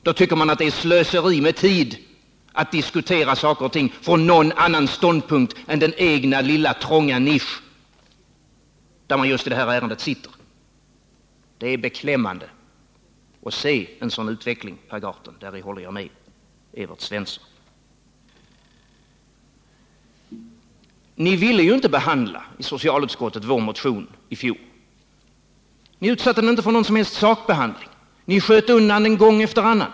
Då tycker man att det är slöseri med tid att diskutera saker och ting från någon annan ståndpunkt än den egna lilla trånga nisch där man just i detta ärende sitter. Det är beklämmande att betrakta en sådan utveckling, Per Gahrton. Där håller jag med Evert Svensson. Socialutskottet ville ju inte behandla vår motion i fjol. Ni utsatte den inte för någon som helst sakbehandling. Ni sköt undan den gång efter annan.